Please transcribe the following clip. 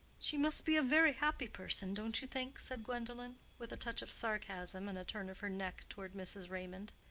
she must be a very happy person, don't you think? said gwendolen, with a touch of sarcasm, and a turn of her neck toward mrs. raymond.